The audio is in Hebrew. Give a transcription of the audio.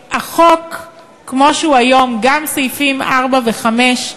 שהחוק, כמו שהוא היום, גם סעיפים 4 ו-5,